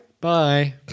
Bye